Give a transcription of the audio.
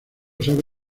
sabe